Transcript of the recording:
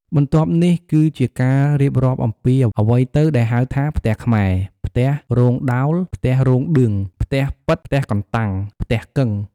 បន្ទាប់នេះគឺជាការរៀបរាប់អំពី អ្វីទៅដែលហៅថាផ្ទះខ្មែរ, ផ្ទះរោងដោល, ផ្ទះរោងឌឿង, ផ្ទះប៉ិត, ផ្ទះកន្តាំង, ផ្ទះកឹង។